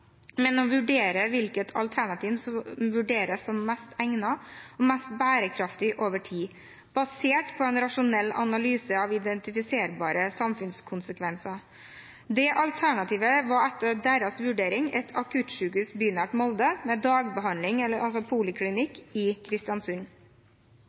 men å vurdere hvilket alternativ som var best egnet og mest bærekraftig over tid, basert på en rasjonell analyse av identifiserbare samfunnskonsekvenser. Det alternativet var etter deres vurdering et akuttsykehus bynært Molde, med poliklinikk i Kristiansund. Norconsult i